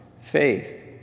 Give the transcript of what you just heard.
faith